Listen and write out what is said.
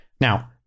now